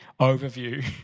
overview